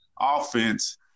offense